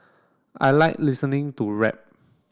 I like listening to rap